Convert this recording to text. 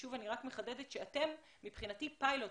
שוב, אני רק מחדדת שאתם מבחינתי פיילוט.